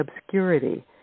obscurity